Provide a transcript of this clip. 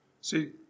See